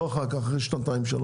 ולא אחרי שנתיים-שלוש.